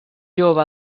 jove